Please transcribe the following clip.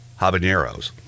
habaneros